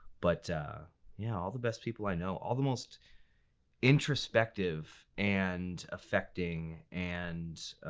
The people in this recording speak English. but yeah all the best people i know all the most introspective and affecting and